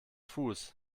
fuß